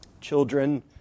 Children